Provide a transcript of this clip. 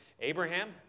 Abraham